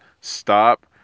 Stop